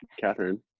Catherine